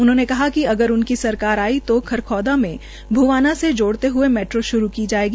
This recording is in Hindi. उन्होंने कहा कि अगर उनकी सरकार आई तो खरखोदा में भुवाना से जोड़ते हुए मैट्रो शुरू की जाएगी